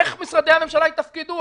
איך משרדי הממשלה יתפקדו?